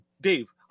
Dave